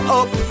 up